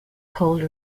hold